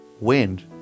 Wind